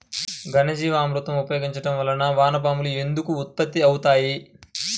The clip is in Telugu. ఘనజీవామృతం ఉపయోగించటం వలన వాన పాములు ఎందుకు ఉత్పత్తి అవుతాయి?